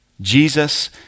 Jesus